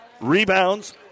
rebounds